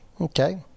Okay